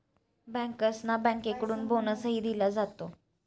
बँकर्सना बँकेकडून बोनसही दिला जातो